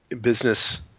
business